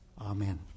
Amen